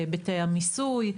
בהיבטי המיסוי,